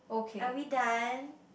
are we done